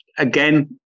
Again